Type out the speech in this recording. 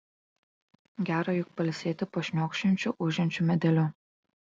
gera juk pailsėti po šniokščiančiu ūžiančiu medeliu